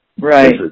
Right